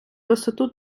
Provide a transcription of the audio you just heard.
висоту